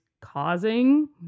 causing